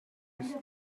ist